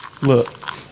Look